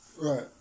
Right